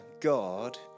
God